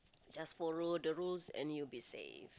just follow the rules and you'll be safe